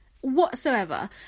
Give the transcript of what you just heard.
Whatsoever